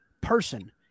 person –